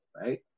right